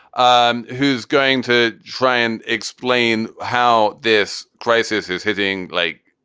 um who's going to try and explain how this crisis is hitting like?